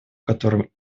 котором